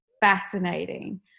fascinating